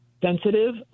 Sensitive